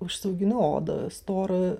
užsiaugino odą storą